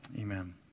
amen